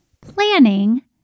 planning